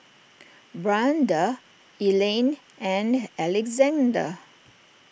Brianda Elayne and Alexander